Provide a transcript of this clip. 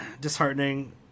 disheartening